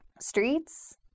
streets